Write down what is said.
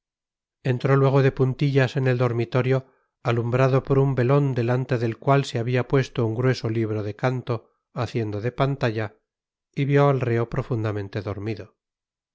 entró luego de puntillas en el dormitorio alumbrado por un velón delante del cual se había puesto un grueso libro de canto haciendo de pantalla y vio al reo profundamente dormido